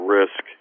risk